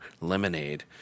lemonade